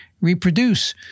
reproduce